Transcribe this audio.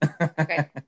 Okay